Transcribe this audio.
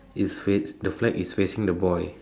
is face the flag is facing the boy